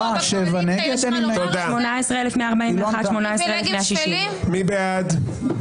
17,801 עד 17,820. מי בעד?